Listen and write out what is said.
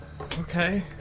Okay